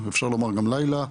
אפשר לומר גם לילה,